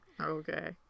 okay